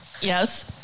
Yes